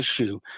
issue